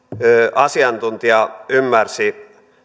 asiantuntijaa ymmärsi